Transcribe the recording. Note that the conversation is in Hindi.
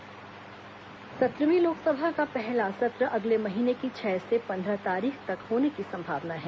लोकसभा सत्र संत्रहवीं लोकसभा का पहला संत्र अगले महीने की छह से पन्द्रह तारीख तक होने की संभावना है